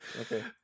okay